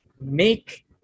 make